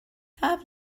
have